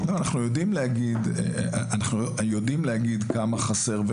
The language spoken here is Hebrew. אנחנו יודעים להגיד כמה חסר,